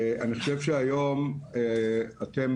אני חושב שהיום אתם,